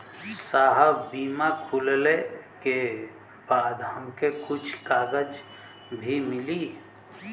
साहब बीमा खुलले के बाद हमके कुछ कागज भी मिली?